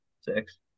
Six